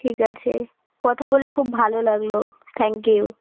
ঠিক আছে কথা বলে খুব ভালো লাগলো থ্যাঙ্ক ইউ